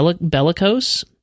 Bellicose